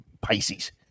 Pisces